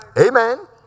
Amen